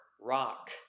rock